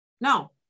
No